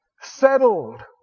settled